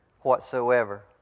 whatsoever